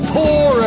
Poor